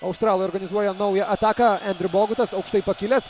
australai organizuoja naują ataką endriu bogutas aukštai pakilęs